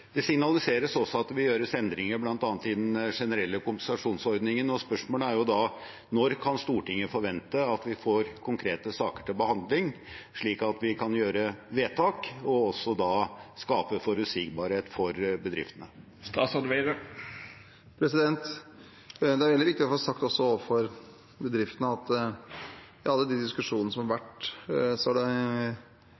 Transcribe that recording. Det signaliseres også at det vil gjøres endringer, bl.a. i den generelle kompensasjonsordningen. Spørsmålet er: Når kan Stortinget forvente at vi får konkrete saker til behandling slik at vi kan gjøre vedtak og skape forutsigbarhet for bedriftene? Det er veldig viktig å få sagt overfor bedriftene at i alle de diskusjonene som har